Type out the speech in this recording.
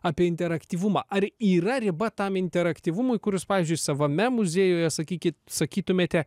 apie interaktyvumą ar yra riba tam interaktyvumui kuris pavyzdžiui savame muziejuje sakykit sakytumėte